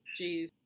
Jeez